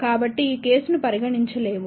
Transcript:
కాబట్టి ఈ కేసును పరిగణించలేము